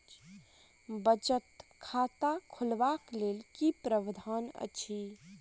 बचत खाता खोलेबाक की प्रावधान अछि?